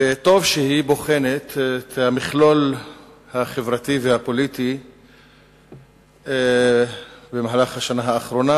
וטוב שהיא בוחנת את המכלול החברתי והפוליטי במהלך השנה האחרונה,